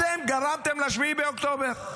אתם גרמתם ל-7 באוקטובר.